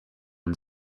and